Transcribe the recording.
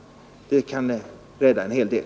Åtgärder mot dessa förbrytare kan rädda en hel del.